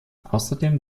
außerdem